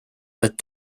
pealt